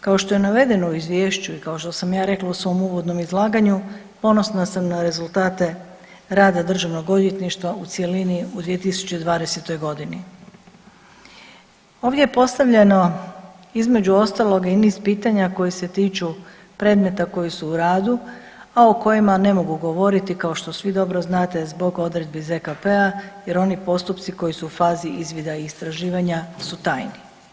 Kao što je navedeno u izvješću i kao što sam ja rekla u svom uvodnom izlaganju, ponosna sam na rezultate rada državnog odvjetništva u cjelini u 2020.g. Ovdje je postavljeno između ostalog i niz pitanja koja se tiču predmeta koji su u radu, a o kojima ne mogu govoriti kao što svi dobro znate zbog odredbi ZKP-a jer oni postupci koji su u fazi izvida i istraživanja su tajni.